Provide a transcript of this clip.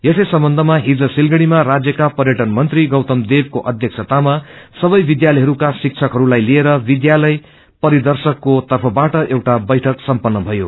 यसै सम्बन्ध्या हिज सिलगढ़ीमा राज्यका पर्यटन मंत्री गौतम देविको अध्यक्षतामा सबै विध्यालयहस्का शिक्षकहस्लाई सिएर विध्यालय परिर्देशकको तर्फाबाट एउटा बैठक सम्पन्न भयो